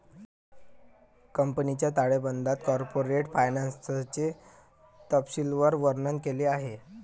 कंपनीच्या ताळेबंदात कॉर्पोरेट फायनान्सचे तपशीलवार वर्णन केले आहे